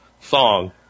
song